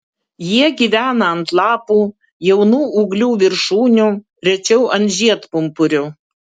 jie gyvena ant lapų jaunų ūglių viršūnių rečiau ant žiedpumpurių